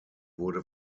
wurde